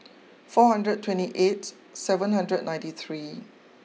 four hundred twenty eight seven hundred ninety three